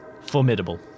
formidable